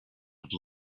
have